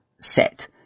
set